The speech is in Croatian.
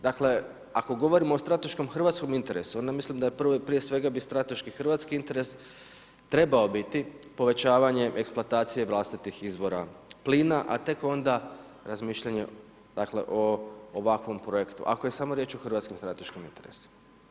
Dakle, ako govorimo o strateškom hrvatskom interesu, onda mislim da je prvo i prije svega bi strateški hrvatski interes trebao biti povećavanje eksploatacije vlastitih izvora plina, a tek onda razmišljanje dakle o ovakvom projektu, ako je samo riječ o hrvatskim strateškim interesima.